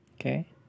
okay